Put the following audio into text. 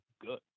good